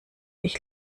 ich